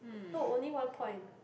no only one point